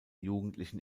jugendlichen